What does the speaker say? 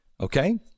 Okay